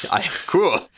cool